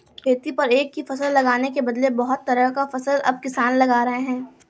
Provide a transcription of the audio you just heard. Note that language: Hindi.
खेती पर एक ही फसल लगाने के बदले बहुत तरह का फसल अब किसान लगा रहे हैं